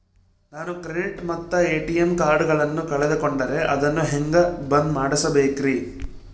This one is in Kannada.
ನಾನು ಕ್ರೆಡಿಟ್ ಮತ್ತ ಎ.ಟಿ.ಎಂ ಕಾರ್ಡಗಳನ್ನು ಕಳಕೊಂಡರೆ ಅದನ್ನು ಹೆಂಗೆ ಬಂದ್ ಮಾಡಿಸಬೇಕ್ರಿ?